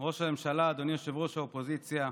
ראש הממשלה, אדוני ראש האופוזיציה,